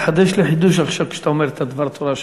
התחדש לי חידוש עכשיו כשאתה אומר את הדבר תורה שלך.